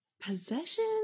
possession